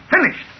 Finished